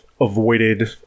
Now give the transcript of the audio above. avoided